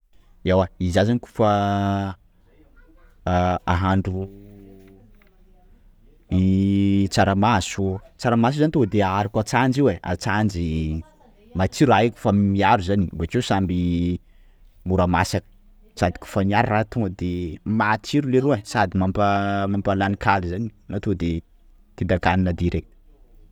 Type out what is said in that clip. Iewa, zah zany koafa ah ahandro tsaramaso, tsaramaso io zany tonga de aharoko antsanjy io ai, antsanjy, matsiro raha io koafa miaro zany, bokeo samby mora masaka, sady koafa miaro raha io tonga de matsiro leroa ai, sady mampa- mampalany kaly zany, anao tonga de tedankanina direct.